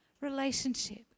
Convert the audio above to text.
relationship